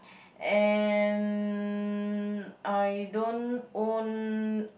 and I don't own